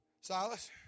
Silas